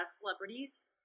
celebrities